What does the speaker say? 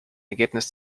ergebnis